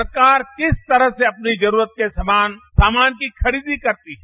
सरकार इस तरह से अपने जरूरत के सामान की खरीदी करती है